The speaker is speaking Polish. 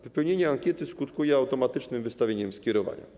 Wypełnienie ankiety skutkuje automatycznym wystawieniem skierowania.